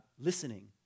listening